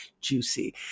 juicy